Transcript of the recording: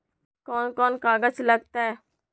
कौन कौन कागज लग तय?